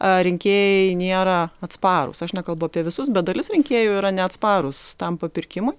ar rinkėjai nėra atsparūs aš nekalbu apie visus bet dalis rinkėjų yra neatsparūs tam papirkimui